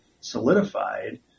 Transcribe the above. solidified